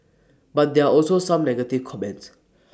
but there also some negative comments